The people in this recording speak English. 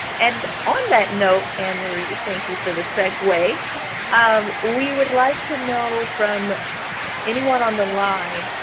and on that note, annemarie thank you for the segue um we would like to know from anyone on the line,